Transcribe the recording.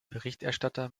berichterstatter